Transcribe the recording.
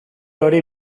hori